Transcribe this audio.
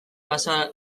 bazara